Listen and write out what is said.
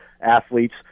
athletes